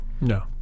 no